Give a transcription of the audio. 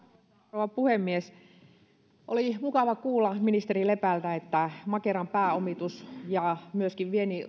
rouva puhemies oli mukava kuulla ministeri lepältä että makeran pääomitus ja myöskin ruuan viennin